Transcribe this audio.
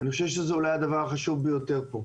אני חושב שזה אולי הדבר החשוב ביותר פה.